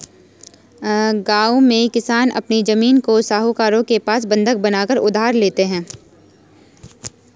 गांव में किसान अपनी जमीन को साहूकारों के पास बंधक बनाकर उधार लेते हैं